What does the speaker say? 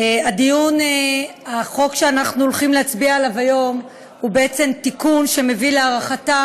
החוק שאנחנו הולכים להצביע עליו היום הוא בעצם תיקון שמביא להארכתה